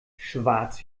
schwarz